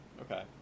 okay